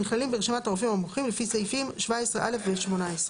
נכללים ברשימת הרופאים המומחים לפי סעיפים 17(א) ו-18.